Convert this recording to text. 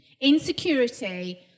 insecurity